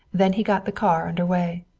then he got the car under way.